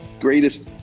Greatest